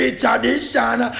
tradition